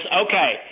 okay